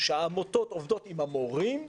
שהעמותות עובדות עם המורים,